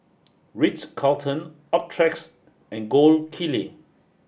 Ritz Carlton Optrex and Gold Kili